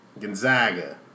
Gonzaga